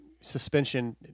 suspension